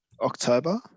October